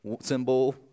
symbol